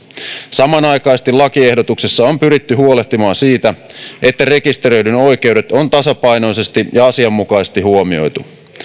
samanaikaisesti lakiehdotuksessa on pyritty huolehtimaan siitä että rekisteröidyn oikeudet on tasapainoisesti ja asianmukaisesti huomioitu